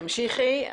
תמשיכי.